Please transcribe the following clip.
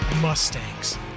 mustangs